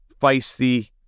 Feisty